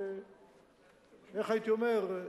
איך הייתי אומר,